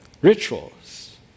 Rituals